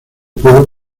pueblo